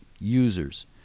users